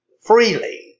freely